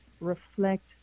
reflect